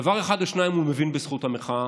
דבר אחד או שניים הוא מבין בזכות המחאה.